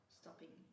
stopping